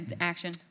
action